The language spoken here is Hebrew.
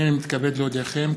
הנני מתכבד להודיעכם,